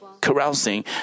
carousing